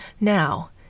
Now